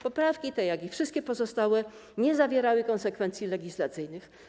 Poprawki te, jak i wszystkie pozostałe, nie zawierały konsekwencji legislacyjnych.